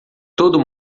todo